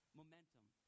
Momentum